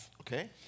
okay